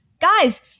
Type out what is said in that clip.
guys